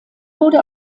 wurde